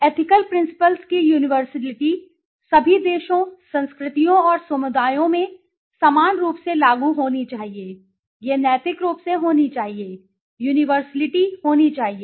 ethical principles की universality सभी देशों संस्कृतियों और समुदायों में समान रूप से लागू होनी चाहिए यह नैतिक रूप से होनी चाहिए यूनिवर्सलिटी होनी चाहिए